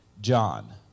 John